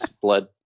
blood